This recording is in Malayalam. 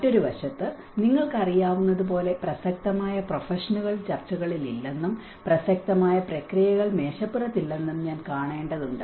മറ്റൊരു വശത്ത് നിങ്ങൾക്കറിയാവുന്നതുപോലെ പ്രസക്തമായ പ്രൊഫഷനുകൾ ചർച്ചകളിൽ ഇല്ലെന്നും പ്രസക്തമായ പ്രക്രിയകൾ മേശപ്പുറത്ത് ഇല്ലെന്നും ഞാൻ കാണേണ്ടതുണ്ട്